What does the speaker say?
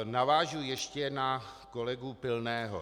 Navážu ještě na kolegu Pilného.